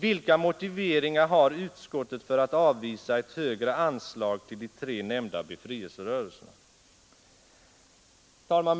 Vilka motiveringar har utskottet för att avvisa ett högre anslag till de tre nämnda befrielserörelserna? Herr talman!